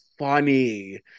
funny